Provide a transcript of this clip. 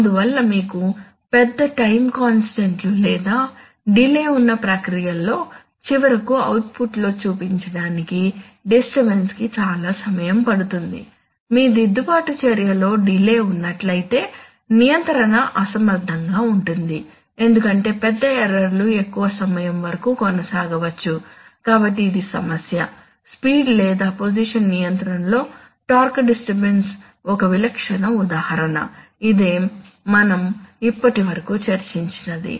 అందువల్ల మీకు పెద్ద టైం కాన్స్టెంట్ లు లేదా డిలే ఉన్న ప్రక్రియలలో చివరకు అవుట్పుట్లో చూపించడానికి డిస్టర్బన్స్ కి చాలా సమయం పడుతుంది మీ దిద్దుబాటు చర్య లో డిలే ఉన్నట్లయితే నియంత్రణ అసమర్థంగా ఉంటుంది ఎందుకంటే పెద్ద ఎర్రర్ లు ఎక్కువ సమయం వరకు కొనసాగవచ్చు కాబట్టి ఇది సమస్య స్పీడ్ లేదా పొజిషన్ నియంత్రణలో టార్క్ డిస్టర్బన్స్ ఒక విలక్షణ ఉదాహరణ ఇదే మనం ఇప్పటివరకు చర్చించినది